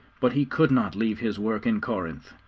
but he could not leave his work in corinth.